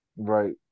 Right